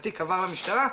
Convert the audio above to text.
שהתיק עבר למשטרה,